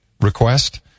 request